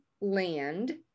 land